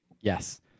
Yes